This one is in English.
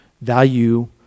value